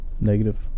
Negative